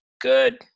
good